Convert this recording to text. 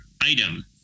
item